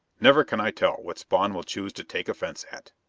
never can i tell what spawn will choose to take offense at.